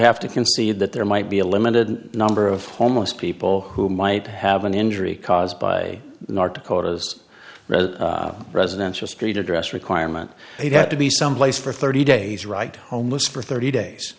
have to concede that there might be a limited number of homeless people who might have an injury caused by north dakota's rather residential street address requirement they'd have to be someplace for thirty days right homeless for thirty days